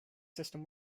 system